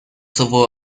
sowohl